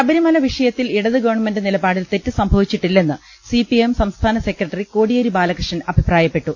ശബരിമല വിഷയത്തിൽ ഇടത് ഗവൺമെന്റ് നിലപാടിൽ തെ റ്റ് സംഭവിച്ചിട്ടില്ലെന്ന് സിപിഐഎം സംസ്ഥാന്റ് സ്ക്രെട്ടറി കോടി യേരി ബാലകൃഷ്ണൻ അഭിപ്രായപ്പെട്ടു